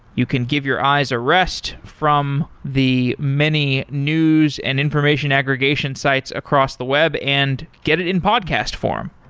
you can give your eyes a rest from the many news and information aggregation sites across the web and get it in podcast form.